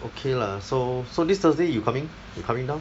okay lah so so this thursday you coming you coming down